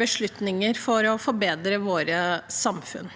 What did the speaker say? beslutninger for å forbedre vårt samfunn.